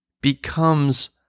becomes